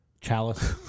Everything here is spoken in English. Chalice